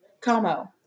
Como